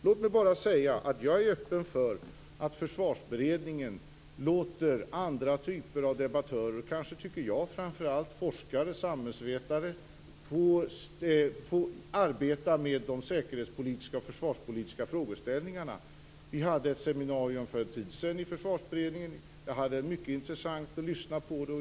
Låt mig också säga att jag är öppen för att Försvarsberedningen låter andra typer av debattörer, kanske framför allt forskare och samhällsvetare, få arbeta med de säkerhets och försvarspolitiska frågeställningarna. Vi hade för en tid sedan ett seminarium i Försvarsberedningen då jag hade mycket intressant att lyssna på.